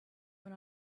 went